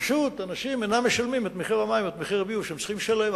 פשוט אנשים אינם משלמים את מחיר המים או את מחיר הביוב שהם צריכים לשלם,